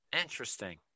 interesting